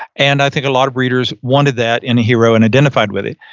and i think a lot of readers wanted that in a hero and identify with it.